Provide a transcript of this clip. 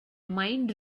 mind